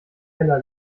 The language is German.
keller